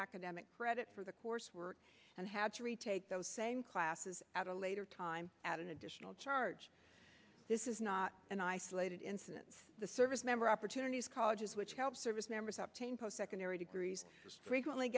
academic credit for the course and had to retake those same classes at a later i'm add an additional charge this is not an isolated incident the service member opportunities colleges which help servicemembers up to post secondary degrees frequently